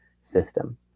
system